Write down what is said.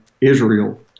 Israel